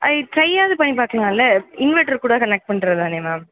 ஐ ட்ரையாவது பண்ணி பார்க்லாம்ல இன்வெர்ட்ரு கூட கனெக்ட் பண்ணுறது தானே மேம்